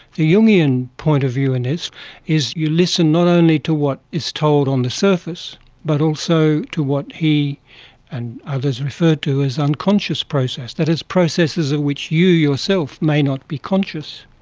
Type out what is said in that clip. the jungian point of view in this is you listen not only to what is told on the surface but also to what he and others refer to as unconscious process, that is processes of which you yourself may not be conscious,